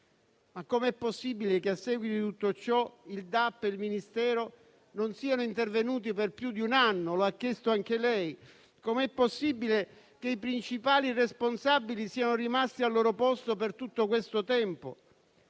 Com'è possibile che, a seguito in tutto ciò, il DAP e il Ministero non siano intervenuti per più di un anno? Lo ha chiesto anche lei. Come è possibile che i principali responsabili siano rimasti al loro posto per tutto questo tempo?